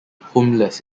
homeless